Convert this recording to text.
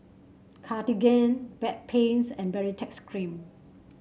Cartigain Bedpans and Baritex Cream